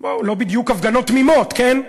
לא בדיוק הפגנות תמימות, כן,